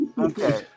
okay